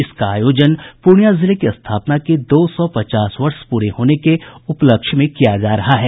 इसका आयोजन पूर्णिया जिले की स्थापना के दो सौ पचास वर्ष पूरे होने के उपलक्ष्य में किया जा रहा है